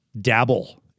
dabble